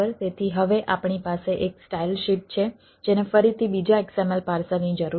તેથી હવે આપણી પાસે એક સ્ટાઈલ શીટ છે જેને ફરીથી બીજા XML પાર્સરની જરૂર છે